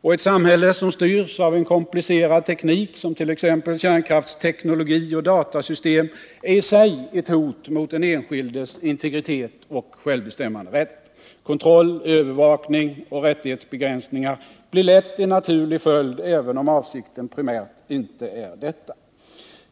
Och ett samhälle som styrs av en komplicerad teknik, som t.ex. kärnkraftsteknologi och datasystem, är i sig ett hot mot den enskildes integritet och självbestämmanderätt. Kontroll, övervakning och rättighetsbegränsningar blir lätt en naturlig följd även om avsikten primärt inte är detta.